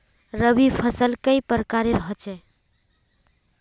रवि फसल कई प्रकार होचे?